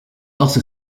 also